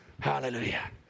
Hallelujah